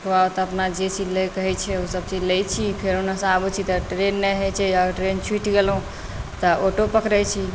एकर बाद ओतऽ जेसब चीज लैके कहै छै ओसब चीज लै छी फेर ओनहिसँ आबै छी तऽ ट्रेन नहि होइ छै ट्रेन छुटि गेलहुँ तऽ ऑटो पकड़ै छी